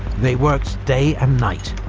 they worked day and night,